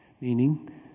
meaning